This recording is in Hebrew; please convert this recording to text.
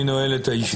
אני נועל את הישיבה.